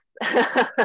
yes